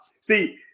See